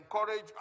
encourage